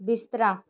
ਬਿਸਤਰਾ